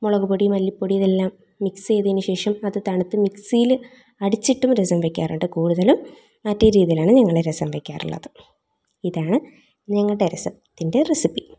മുളക് പൊടി മല്ലിപ്പൊടി ഇതെല്ലാം മിക്സ് ചെയ്തതിന് ശേഷം അത് തണുത്ത് മിക്സിയിൽ അടിച്ചിട്ടും രസം വെക്കാറുണ്ട് കൂടുതലും മറ്റേ രീതിയിലാണ് ഞങ്ങൾ രസം വെക്കാറുള്ളത് ഇതാണ് ഞങ്ങളുടെ രസത്തിൻ്റെ റസിപ്പി